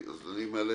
אני מעלה